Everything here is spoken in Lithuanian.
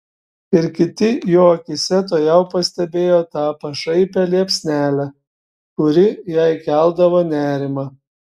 ir kiti jo akyse tuojau pastebėjo tą pašaipią liepsnelę kuri jai keldavo nerimą